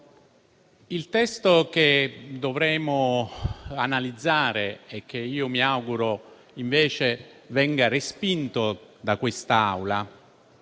il testo che dovremo analizzare e che io mi auguro invece venga respinto da quest'Assemblea,